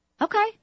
Okay